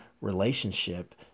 relationship